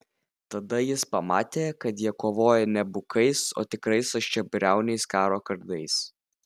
tada jis pamatė kad jie kovoja ne bukais o tikrais aštriabriauniais karo kardais